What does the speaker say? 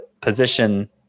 position